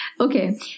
okay